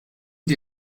die